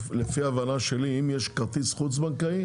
לפי ההבנה שלי אם יש כרטיס חוץ בנקאי